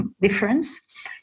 difference